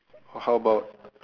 how about